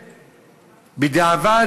בדיעבד,